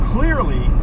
Clearly